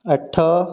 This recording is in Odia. ଆଠ